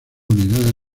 unidades